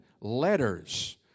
letters